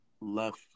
left